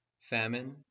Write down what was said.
famine